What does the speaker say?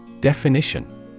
Definition